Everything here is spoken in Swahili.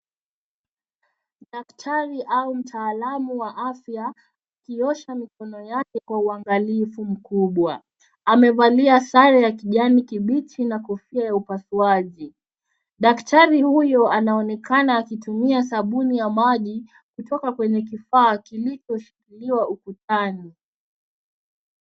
Daktari au mtaalamu wa afya uiosha Mikono yake Kwa uangalifu mkubwa, amevalia sare ya kijani kipiji na kofia ya upasuaji, daktari huyu anaonekana akitumia sabuni ya mali kutoka kwenye kifaa kilichoshikiliwa ukutani